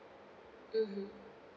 mmhmm